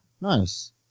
nice